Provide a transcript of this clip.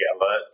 alerts